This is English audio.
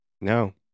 no